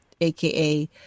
AKA